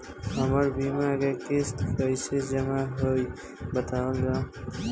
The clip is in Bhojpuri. हमर बीमा के किस्त कइसे जमा होई बतावल जाओ?